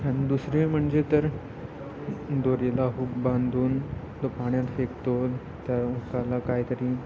आणि दुसरे म्हणजे तर दोरीला हूक बांधून तो पाण्यात फेकतो तर त्याला कायतरी